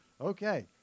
Okay